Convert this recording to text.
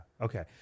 Okay